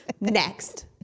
next